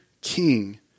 king